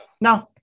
no